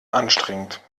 anstrengend